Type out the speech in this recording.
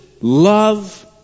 Love